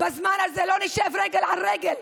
בזמן הזה לא נשב רגל על רגל.